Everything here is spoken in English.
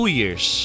years